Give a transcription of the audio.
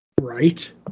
Right